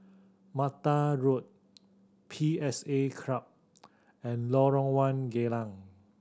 Mata Road P S A Club and Lorong One Geylang